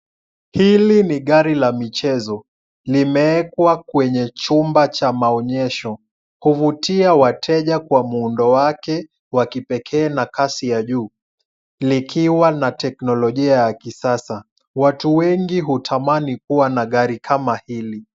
Hili ni gari la michezo, limeekwa kwenye chumba cha maonyesho kuvutia wateja kwa muundo wake wa kipekee na kasi ya juu, likiwa na teknolojia ya kisasa, watu wengi hutamani kuwa na gari kama hili.